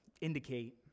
indicate